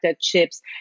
chips